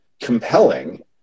compelling